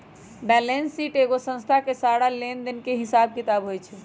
balance sheet एगो संस्था के सारा लेन देन के हिसाब किताब होई छई